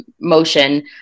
motion